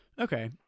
okay